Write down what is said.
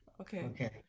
Okay